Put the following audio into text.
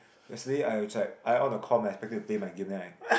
yesterday I was like I on the com and I expected to my game then I